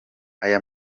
aya